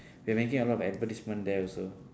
they making a lot of advertisement there also